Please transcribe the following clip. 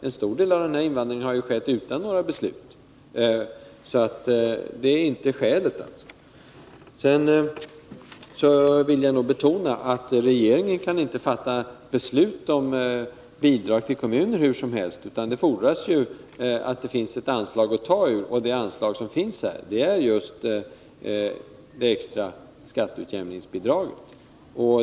En stor del av denna invandring har dock, som sagt, skett utan några myndighetsbeslut, och det är alltså inte sådana som åberopats som skäl för bidrag. Vidare vill jag betona att regeringen inte kan fatta beslut om bidrag till kommuner hur som helst, utan för sådana fordras att det finns ett anslag att ta ur, och det är det extra skatteutjämningsbidraget som här kommer i fråga.